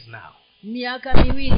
now